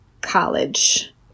college